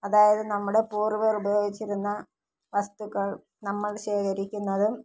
അതായത് നമ്മുടെ പൂർവ്വികർ ഉപയോഗിച്ചിരുന്ന വസ്തുക്കൾ നമ്മൾ ശേഖരിക്കുന്നതും